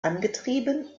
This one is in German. angetrieben